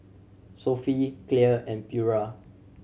Sofy Clear and Pura